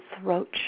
throat